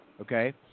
okay